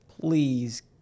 Please